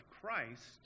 Christ